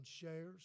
shares